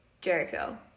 Jericho